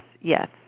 Yes